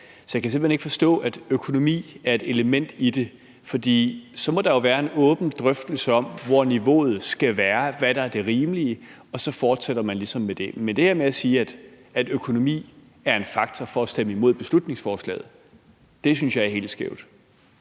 Så jeg kan simpelt hen ikke forstå, at økonomi er et element i det. Der må jo være en åben drøftelse om, hvor niveauet skal være, og hvad der er det rimelige, og så fortsætter man ligesom med det. Men det her med at sige, at økonomi er en faktor i at stemme imod beslutningsforslaget, synes jeg er helt skævt.